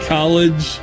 College